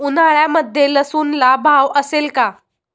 उन्हाळ्यामध्ये लसूणला भाव असेल का?